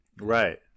Right